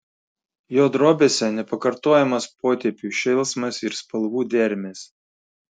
jo drobėse nepakartojamas potėpių šėlsmas ir spalvų dermės